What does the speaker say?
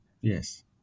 Yes